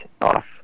off